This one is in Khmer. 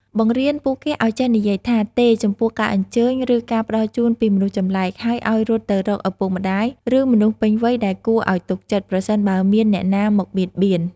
បង្រៀនពួកគេឲ្យចេះនិយាយថា ទេ ចំពោះការអញ្ជើញ ឬការផ្តល់ជូនពីមនុស្សចម្លែក ហើយឲ្យរត់ទៅរកឪពុកម្តាយ ឬមនុស្សពេញវ័យដែលគួរឲ្យទុកចិត្ត ប្រសិនបើមានអ្នកណាមកបៀតបៀន។